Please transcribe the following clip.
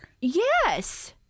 yes